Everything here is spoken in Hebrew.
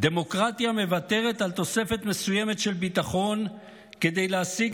דמוקרטיה מוותרת על תוספת מסוימת של ביטחון כדי להשיג